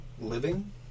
living